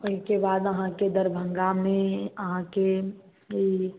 ओइके बाद आहाँके दरभङ्गामे आहाँके ई